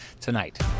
tonight